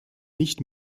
nicht